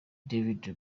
david